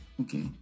Okay